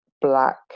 black